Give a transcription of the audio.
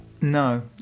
No